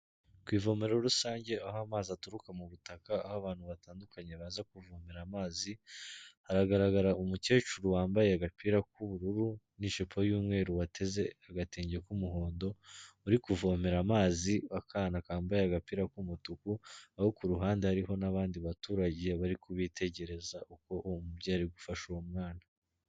Ku ivomero rusange aho amazi aturuka mu butaka, aho abantu batandukanye baza kuvomera amazi, haragaragara umukecuru wambaye agapira k'ubururu, n'ijipo y'umweru wateze agatenge k'umuhondo, uri kuvomera amazi akana kambaye agapira k'umutuku, aho ku ruhande hariho n'abandi baturage, bari kubitegereza uko uwo mubyeyi ari gufasha uwo mwana.